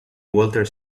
walter